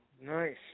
Nice